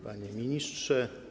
Panie Ministrze!